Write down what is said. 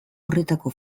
horretako